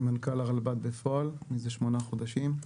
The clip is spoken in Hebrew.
אני מנכ"ל הרלב"ד בפועל מזה שמונה חודשים,